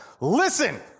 Listen